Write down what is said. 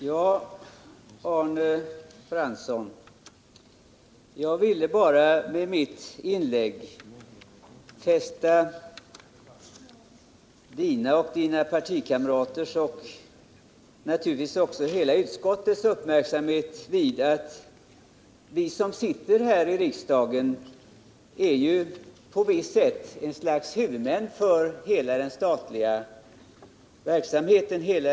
Herr talman! Jag ville bara med mitt inlägg fästa Arne Franssons och hans partikamraters — och naturligtvis hela utskottets — uppmärksamhet på att vi som sitter här i riksdagen är ett slags huvudmän för hela den statliga verksamheten.